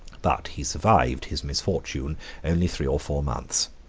but he survived his misfortune only three or four months.